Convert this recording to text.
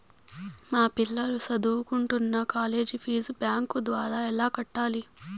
మా పిల్లలు సదువుకుంటున్న కాలేజీ ఫీజు బ్యాంకు ద్వారా ఎలా కట్టాలి?